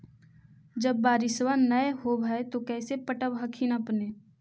जब बारिसबा नय होब है तो कैसे पटब हखिन अपने?